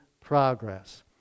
progress